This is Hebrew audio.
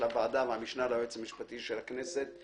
הוועדה והמשנה ליועץ המשפטי של הכנסת,